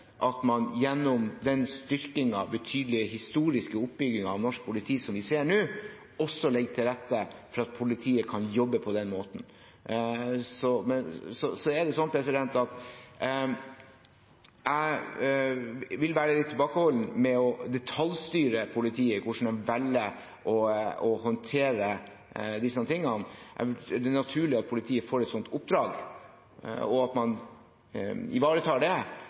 at man gjennom den styrkingen, den betydelige historiske oppbyggingen av norsk politi som vi ser nå, også legger til rette for at politiet kan jobbe på den måten. Jeg vil være litt tilbakeholden med å detaljstyre politiet i hvordan de skal håndtere disse tingene. Det er naturlig at politiet får et sånt oppdrag, og at man ivaretar det,